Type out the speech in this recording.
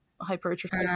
hypertrophy